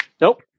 nope